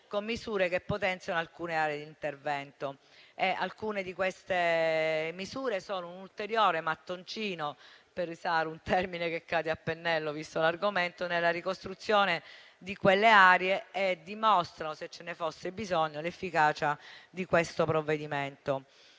con misure che potenziano alcune aree di intervento. Alcune di tali misure sono un ulteriore mattoncino - per usare un termine che cade a pennello visto l'argomento - nella ricostruzione di quelle aree e dimostrano, se ce ne fosse bisogno, l'efficacia di questo provvedimento.